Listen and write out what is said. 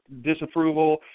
disapproval